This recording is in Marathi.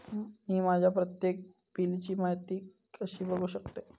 मी माझ्या प्रत्येक बिलची माहिती कशी बघू शकतय?